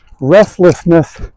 restlessness